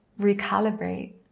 recalibrate